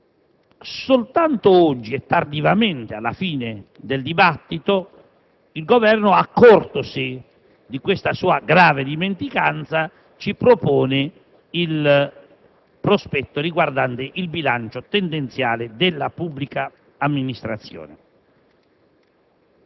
Soltanto oggi e tardivamente, alla fine del dibattito, il Governo, accortosi di questa sua grave dimenticanza, ci propone il prospetto riguardante il bilancio tendenziale della pubblica amministrazione.